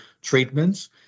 treatments